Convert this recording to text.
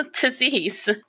disease